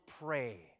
pray